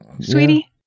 sweetie